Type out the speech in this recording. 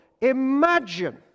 Imagine